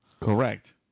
correct